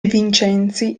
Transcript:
vincenzi